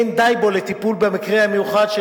אין די בו לטיפול במקרה המיוחד של